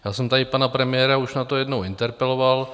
Já jsem tady pana premiéra už na to jednou interpeloval.